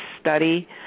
study